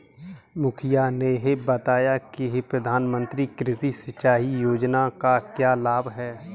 मुखिया ने बताया कि प्रधानमंत्री कृषि सिंचाई योजना का क्या लाभ है?